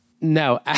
No